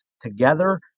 together